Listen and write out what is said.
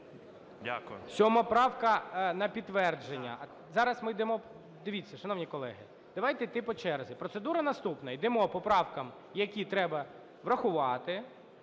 Дякую.